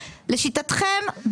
לשיטתכם,